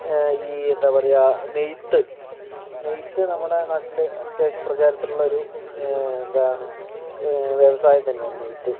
ഈ എന്താ പറയാ നെയ്ത്ത് നെയ്ത്ത് നമ്മുടെ നാട്ടില് അത്യാവശ്യം പ്രചാരത്തിൽ ഉള്ള ഒരു എന്താണ് വ്യവസായം തന്നെയാണ് നെയ്ത്ത്